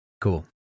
cool